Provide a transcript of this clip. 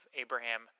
Abraham